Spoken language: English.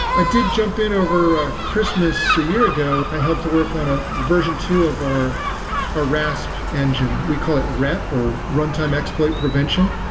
i did jump in over ah christmas a year ago, i helped to work on a version two of our our rasp engine. we call it rep, or runtime exploit prevention,